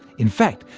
in fact,